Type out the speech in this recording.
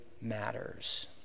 matters